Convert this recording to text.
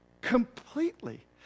completely